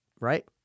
Right